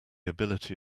ability